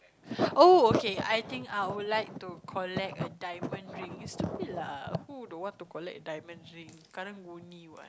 oh okay I think I would like to collect a diamond rings stupid lah who don't want to collect diamond ring Karang-Guni what